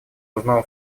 узнал